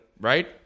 right